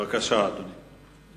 בבקשה, אדוני.